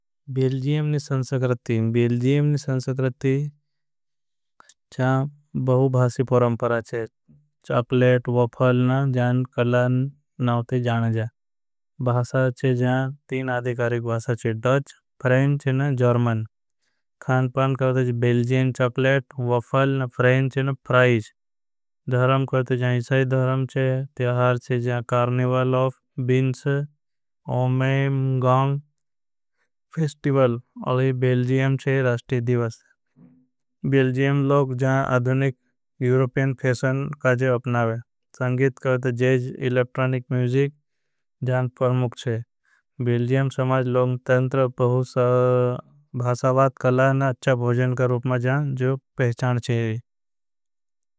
बेल्जियमने ने संस्कृति बेल्जियमने संसक्रति जहाँ बहु भाषी। पुरंपरा छे वाफल जहाँ कला नावते जाने जा है जहाँ तीन। अदिकारिक भासा है फ्रेंच और जर्मन बेल्जियमने चाकलेट। वाफल फ्रेंच और प्राइज इसाई धर्म तिहार carnival of. Binche, Ommegang, festival बेल्जियमने संसक्रति जहाँ। राष्टी दिवस है लोग जहाँ अधुनिक यूरोपियन फेशन का जहाँ। अपनावे करते जहाँ इलेक्ट्रानिक म्यूजिक जहाँ प्रमुख छे है। समाज लोग तंत्र भहूस भासावात कलाना। अच्छा भोजन का रूपमा जहाँ जो पहचान छे।